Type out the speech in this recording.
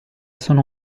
sono